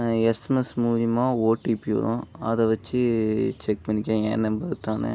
SMS மூலியமாக OTP வரும் அதை வச்சு செக் பண்ணிக்கிறேன் ஏன் நம்பர் தான்னு